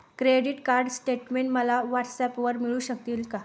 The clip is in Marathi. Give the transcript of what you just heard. क्रेडिट कार्ड स्टेटमेंट मला व्हॉट्सऍपवर मिळू शकेल का?